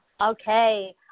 Okay